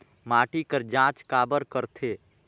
माटी कर जांच काबर करथे?